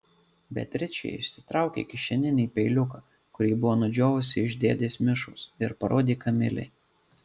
beatričė išsitraukė kišeninį peiliuką kurį buvo nudžiovusi iš dėdės mišos ir parodė kamilei